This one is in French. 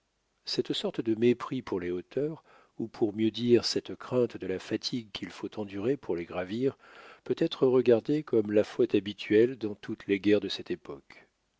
cette sorte de mépris pour les hauteurs ou pour mieux dire cette crainte de la fatigue qu'il faut endurer pour les gravir peut être regardée comme la faute habituelle dans toutes les guerres de cette époque